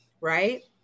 Right